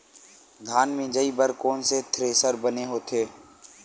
धान मिंजई बर कोन से थ्रेसर बने होथे?